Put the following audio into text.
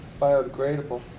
biodegradable